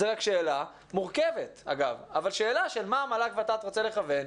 זו שאלה מורכבת אבל שאלה לאן הות"ת מל"ג רוצה לכוון,